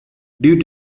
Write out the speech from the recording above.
due